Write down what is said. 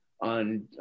on